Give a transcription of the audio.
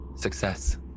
Success